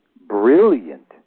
brilliant